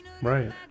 Right